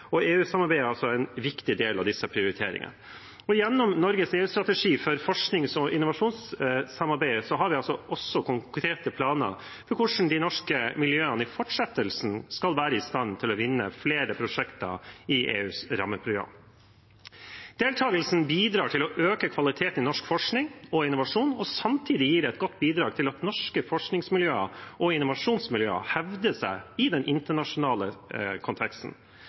er altså en viktig del av disse prioriteringene. Gjennom Norges EU-strategi for forsknings- og innovasjonssamarbeidet har vi altså også konkrete planer for hvordan de norske miljøene i fortsettelsen skal være i stand til å vinne flere prosjekter i EUs rammeprogram. Deltagelsen bidrar til å øke kvaliteten i norsk forskning og innovasjon og gir samtidig et godt bidrag til at norske forskningsmiljøer og innovasjonsmiljøer hevder seg i den internasjonale konteksten.